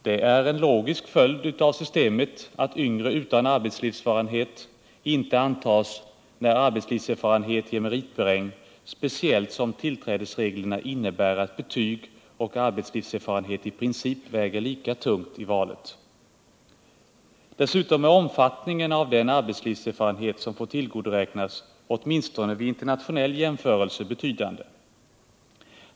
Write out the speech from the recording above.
Det är en logisk följd av systemet att yngre utan arbetslivserfarenhet inte antas när arbetslivserfarenhet ger meritpoäng, speciellt som tillträdesreglerna innebär att betyg och arbetslivserfarenhet i princip väger lika tungt i urvalet. Dessutom är omfattningen av den arbetslivserfarenhet som får tillgodoräknas — åtminstone vid internationell jämförelse — betydande.